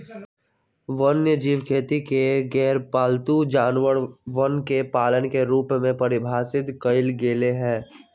वन्यजीव खेती के गैरपालतू जानवरवन के पालन के रूप में परिभाषित कइल गैले है